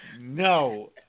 No